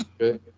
Okay